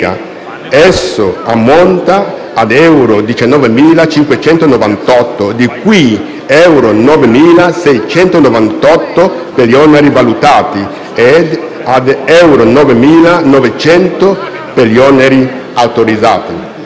dal 2018, ad euro 19.598, di cui euro 9.698 per gli oneri valutati e ad euro 9.900 per gli oneri autorizzati.